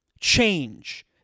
change